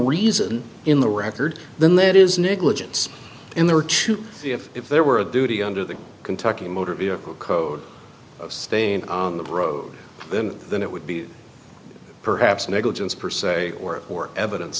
reason in the record then that is negligence in there too if if there were a duty under the kentucky motor vehicle code staying on the road then it would be perhaps negligence per se or for evidence